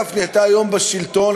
גפני: אתה היום בשלטון,